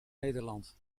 nederland